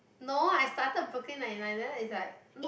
no I started brooklyn-ninety-nine then it's like not